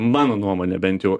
mano nuomone bent jau